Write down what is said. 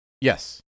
Yes